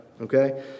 okay